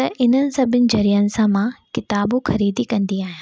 ऐं इन्हनि सभिनि ज़रियनि सां मां किताब ख़रीदी कंदी आहियां